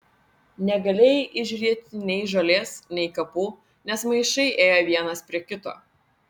negalėjai įžiūrėti nei žolės nei kapų nes maišai ėjo vienas prie kito